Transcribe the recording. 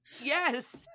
Yes